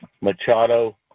Machado